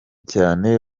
cyane